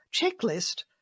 checklist